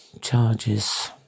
charges